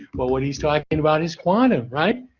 but, what he's talking about is quantum, right.